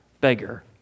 beggar